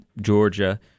Georgia